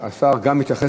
השר גם התייחס,